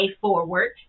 forward